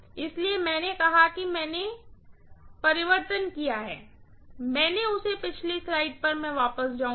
इसीलिए मैंने कहा कि मैंने परिवर्तन किया है मैं उसे पिछली स्लाइड पर वापस जाउंगी